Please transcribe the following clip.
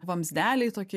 vamzdeliai tokie